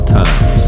times